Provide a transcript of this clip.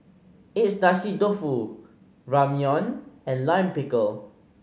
Agedashi Dofu Ramyeon and Lime Pickle